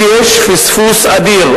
שיש פספוס אדיר.